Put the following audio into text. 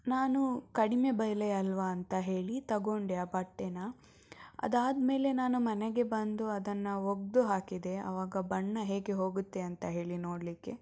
ನಾನು ಕಡಿಮೆ ಬೆಲೆ ಅಲ್ಲವಾ ಅಂತ ಹೇಳಿ ತಗೊಂಡೆ ಆ ಬಟ್ಟೆನ ಅದಾದ ಮೇಲೆ ನಾನು ಮನೆಗೆ ಬಂದು ಅದನ್ನು ಒಗೆದು ಹಾಕಿದೆ ಆವಾಗ ಬಣ್ಣ ಹೇಗೆ ಹೋಗುತ್ತೆ ಅಂತ ಹೇಳಿ ನೋಡಲಿಕ್ಕೆ